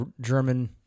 German